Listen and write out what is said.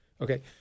Okay